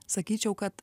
sakyčiau kad